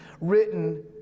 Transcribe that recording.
written